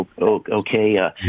okay